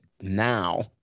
now